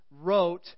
wrote